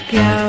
go